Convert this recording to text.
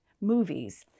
movies